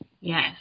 Yes